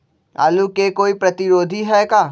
आलू के कोई प्रतिरोधी है का?